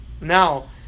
Now